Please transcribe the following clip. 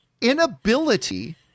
inability